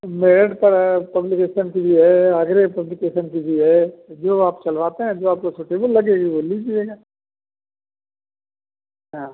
Meerut publication की भी है आगरे पब्लिकेसन की भी है जो आप चलवाते हैं जो आपको सुटेबुल लगे वो लीजिएगा हाँ